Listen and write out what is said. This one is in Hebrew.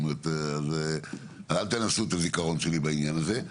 אל תנסו את הזיכרון שלי בעניין הזה.